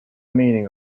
meaning